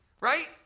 right